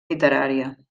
literària